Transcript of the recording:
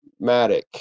Matic